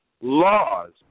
laws